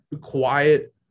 quiet